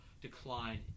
decline